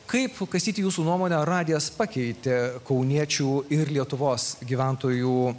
kaip kastyti jūsų nuomone radijas pakeitė kauniečių ir lietuvos gyventojų